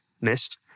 missed